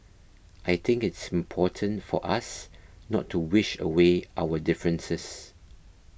I think it's important for us not to wish away our differences